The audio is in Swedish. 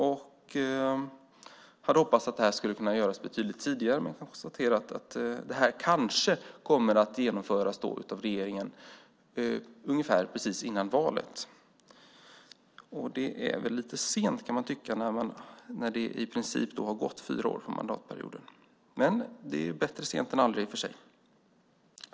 Vi hade hoppats att höjningen skulle kunna genomföras betydligt tidigare, men vi konstaterar att den kanske kommer att genomföras av regeringen precis före valet. Det kan man tycka är lite sent när det i princip har gått fyra år, hela mandatperioden, men bättre sent än aldrig i och för sig.